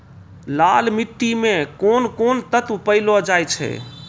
लाल मिट्टी मे कोंन कोंन तत्व पैलो जाय छै?